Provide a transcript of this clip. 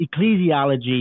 ecclesiology